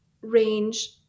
range